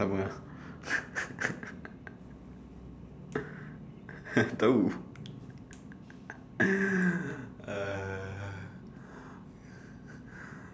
sama ah tahu